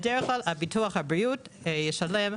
בדרך כלל ביטוח הבריאות ישלם,